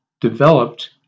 developed